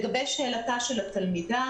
לגבי שאלת התלמידה